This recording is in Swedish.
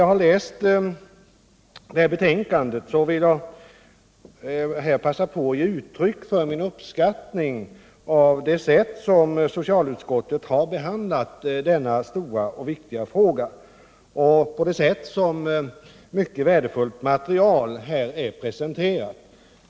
Jag vill passa på att ge uttryck för min uppskattning för det sätt på vilket socialutskottet har behandlat den här stora och viktiga frågan och det sätt på vilket mycket värdefullt material här har presenterats.